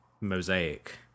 mosaic